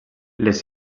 les